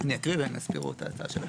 אני אקריא והם יסבירו את ההצעה שלהם.